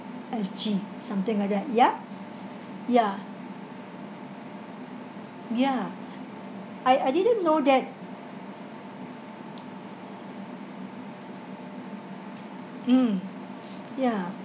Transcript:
S_G something like that ya ya ya I I didn't know that mm ya